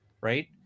right